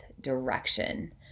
direction